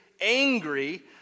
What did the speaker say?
angry